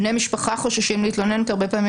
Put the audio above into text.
בני משפחה חוששים להתלונן כי הרבה פעמים